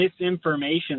misinformation